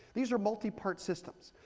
these are multipart systems.